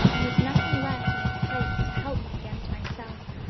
and with nothing left in its place to help me against myself.